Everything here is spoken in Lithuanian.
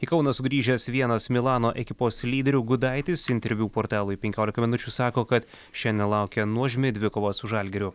į kauną sugrįžęs vienas milano ekipos lyderių gudaitis interviu portalui penkiolika minučių sako kad šiandien laukia nuožmi dvikova su žalgiriu